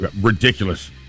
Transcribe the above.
ridiculous